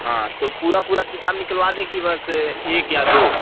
हाँ तो पूरा पूरा किताब निकलवा दें कि बस एक या दो